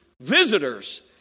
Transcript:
visitors